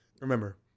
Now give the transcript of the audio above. Remember